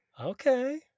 Okay